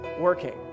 working